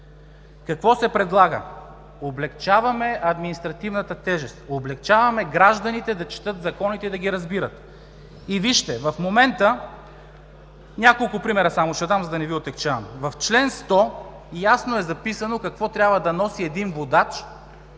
Какво се предлага? Облекчаваме административната тежест, облекчаваме гражданите да четат законите и да ги разбират. Вижте, няколко примера само ще дам, за да не Ви отегчавам. В чл. 100 ясно е записано какво трябва да носи един водач,